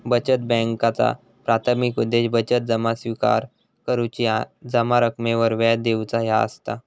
बचत बॅन्कांचा प्राथमिक उद्देश बचत जमा स्विकार करुची, जमा रकमेवर व्याज देऊचा ह्या असता